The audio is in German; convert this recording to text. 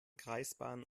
kreisbahnen